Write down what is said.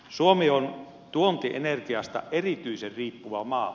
suomi on tuontienergiasta erityisen riippuva maa